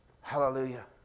Hallelujah